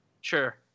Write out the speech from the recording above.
Sure